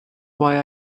why